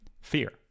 Fear